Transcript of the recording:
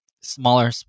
smaller